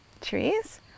Trees